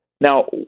Now